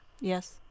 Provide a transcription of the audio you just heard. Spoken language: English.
Yes